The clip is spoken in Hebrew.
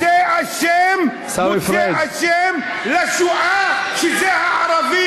מוצא אשם, עיסאווי פריג' לשואה, שזה הערבים.